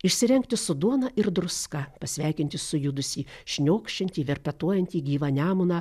išsirengti su duona ir druska pasveikinti sujudusį šniokščiantį verpetuojantį gyvą nemuną